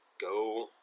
Go